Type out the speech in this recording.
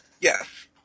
yes